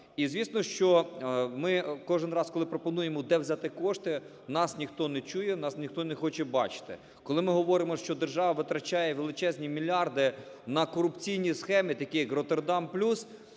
І звісно, що ми кожен раз, коли пропонуємо, де взяти кошти, нас ніхто не чує, нас ніхто не хоче бачити. Коли ми говоримо, що держава витрачає величезні мільярди на корупційній схеми такі як "Роттердам плюс",